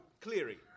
Cleary